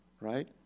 right